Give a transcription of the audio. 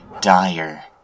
dire